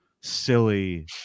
silly